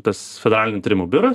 tas federalinių tyrimų biuras